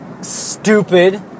stupid